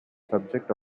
subject